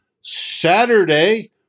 Saturday